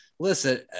listen